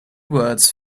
words